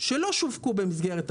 שלא שווקו במסגרת התוכנית.